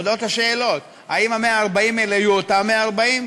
עולות השאלות: האם ה-140 האלה יהיו אותם 140?